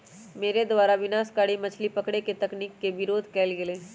मेरे द्वारा विनाशकारी मछली पकड़े के तकनीक के विरोध कइल गेलय